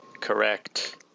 Correct